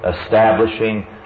establishing